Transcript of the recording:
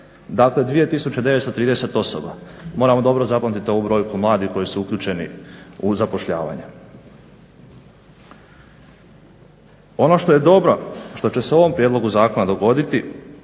Dakle 2930 osoba. Moramo dobro zapamtit ovu brojku mladih koji su uključeni u zapošljavanje. Ono što je dobro, što će se u ovom prijedlogu zakona dogoditi,